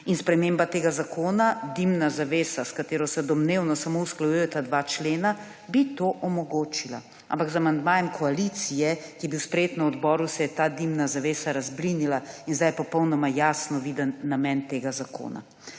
in sprememba tega zakona, dimna zavesa, s katero se domnevno samo usklajujeta dva člena, bi to omogočila. Z amandmajem koalicije, ki je bil sprejet na odboru, se je ta dimna zaveza razblinila in zdaj je popolnoma jasno viden namen tega zakona.